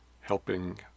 helping